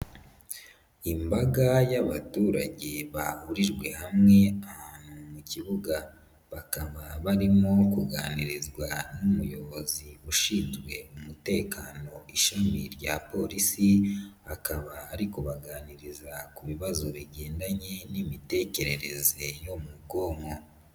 Imbaga y'abaturage bahurijwe hamwe ahantu mu kibuga, bakaba barimo kuganirizwa n'umuyobozi ushinzwe umutekano ishami rya polisi, akaba ari kubaganiriza ku bibazo bigendanye n'imitekerereze yo mu bwonko.